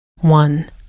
One